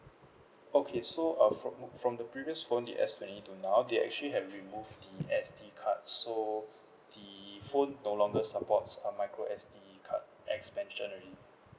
okay so uh from from the previous phone the S twenty till now they actually have removed the S_D card so the phone no longer supports uh micro S_D card expansion already